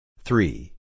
Three